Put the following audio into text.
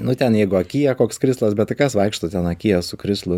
nu ten jeigu akyje koks krislas bet tai kas vaikšto ten akyje su krislu